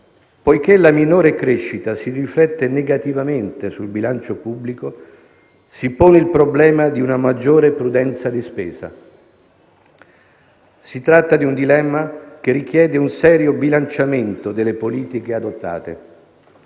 poiché la minore crescita si riflette negativamente sul bilancio pubblico, si pone il problema di una maggior prudenza di spesa. Si tratta di un dilemma che richiede un serio bilanciamento delle politiche adottate.